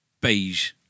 beige